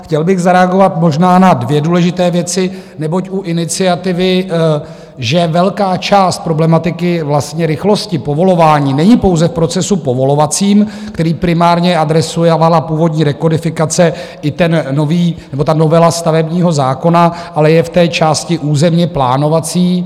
Chtěl bych zareagovat možná na dvě důležité věci, neboť u iniciativy, že velká část problematiky rychlosti povolování není pouze v procesu povolovacím, který primárně adresovala původní rekodifikace i novela stavebního zákona, ale je v té části územněplánovací.